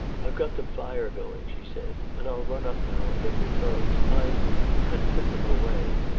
i've got the fire going, she said. and i'll run up now and get your clothes. i had put them away.